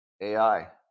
AI